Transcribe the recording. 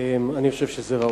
אני חושב שזה ראוי.